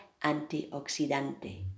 antioxidante